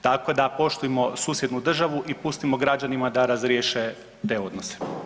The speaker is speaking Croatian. Tako da poštujmo susjednu državu i pustimo građanima da razriješe te odnose.